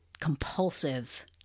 compulsive